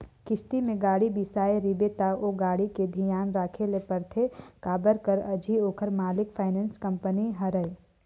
किस्ती में गाड़ी बिसाए रिबे त ओ गाड़ी के धियान राखे ल परथे के काबर कर अझी ओखर मालिक फाइनेंस कंपनी हरय